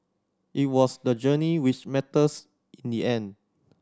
it was the journey which matters in the end